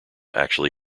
actually